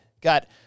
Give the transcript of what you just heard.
Got